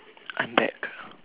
I'm back